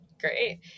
Great